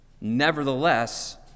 Nevertheless